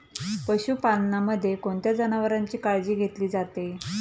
पशुपालनामध्ये कोणत्या जनावरांची काळजी घेतली जाते?